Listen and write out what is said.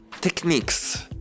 techniques